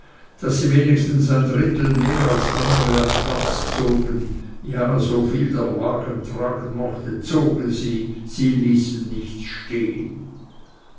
daß sie wenigstens ein drittel mehr als andere ab platz zogen ja soviel der wagen tragen mochte zogen sie sie ließen nichts stehen